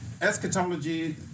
eschatology